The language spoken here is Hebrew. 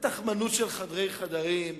בתכמנות של חדרי חדרים,